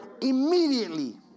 immediately